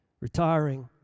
retiring